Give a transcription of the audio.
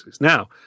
Now